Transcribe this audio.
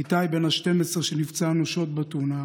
איתי בן ה-12, שנפצע אנושות בתאונה,